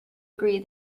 agree